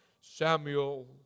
Samuel